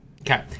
Okay